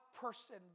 person